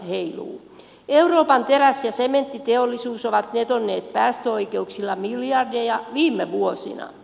euroopan teräs ja sementtiteollisuus ovat netonneet päästöoikeuksilla miljardeja viime vuosina